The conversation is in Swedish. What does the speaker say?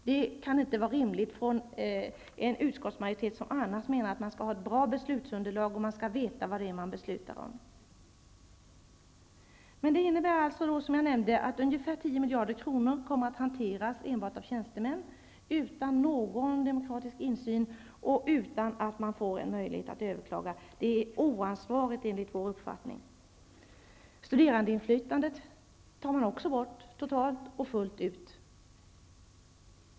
Det kan inte vara rimligt att en utskottsmajoritet, som annars menar att vi skall ha ett bra beslutsunderlag och veta vad vi beslutar om, gör så. Som jag nämnde innebär det att ungefär tio miljarder kronor kommer att hanteras enbart av tjänstemän utan någon demokratisk insyn och utan att det finns någon möjlighet att överklaga. Enligt vår uppfattning är det oansvarigt. Man tar också totalt bort studerandeinflytandet.